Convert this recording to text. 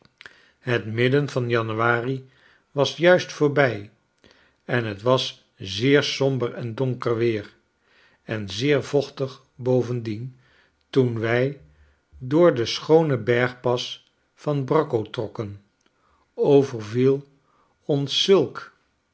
het midden van januari was juist voorbij en het was zeer somber en donker weer en zeer vochtig bovendien toen wij door den schoonen bergpas van brae co trokken overviel ons zulk